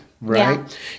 Right